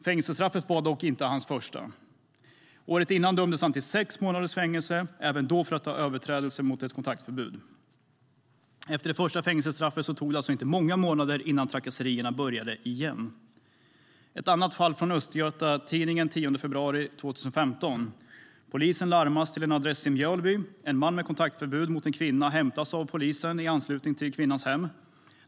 Fängelsestraffet var dock inte hans första. Året innan dömdes han till sex månaders fängelse, även då för överträdelse mot ett kontaktförbud. Efter det första fängelsestraffet tog det alltså inte många månader innan trakasserierna började igen. Det finns ett annat fall i Östgötatidningen den 10 februari 2015. Polisen larmas till en adress i Mjölby. En man med kontaktförbud mot en kvinna hämtas av polis i anslutning till kvinnans hem.